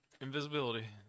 invisibility